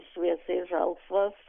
šviesiai žalsvas